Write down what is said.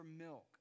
milk